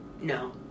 No